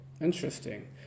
Interesting